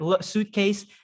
suitcase